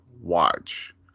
watch